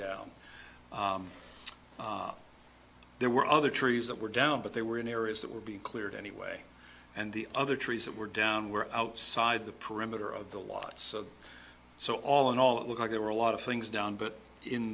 down there were other trees that were down but they were in areas that were being cleared anyway and the other trees that were down were outside the perimeter of the lots so all in all it look like there were a lot of things down but in